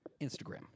Instagram